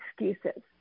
excuses